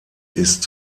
ist